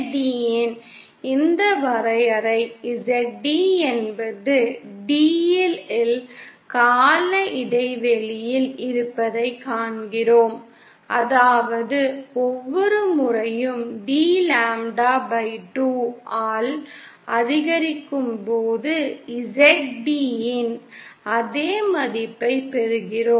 Zd இன் இந்த வரையறை Zd என்பது d இல் கால இடைவெளியில் இருப்பதைக் காண்கிறோம் அதாவது ஒவ்வொரு முறையும் d lambda 2 ஆல் அதிகரிக்கும் போது Zd இன் அதே மதிப்பைப் பெறுகிறோம்